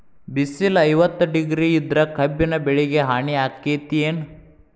ಬಿಸಿಲ ಐವತ್ತ ಡಿಗ್ರಿ ಇದ್ರ ಕಬ್ಬಿನ ಬೆಳಿಗೆ ಹಾನಿ ಆಕೆತ್ತಿ ಏನ್?